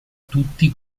tutti